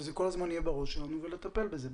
שזה כל הזמן יהיה בראש שלנו ולטפל בזה.